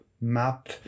map